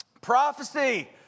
Prophecy